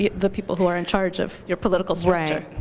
yeah the people who are in charge of your political structure.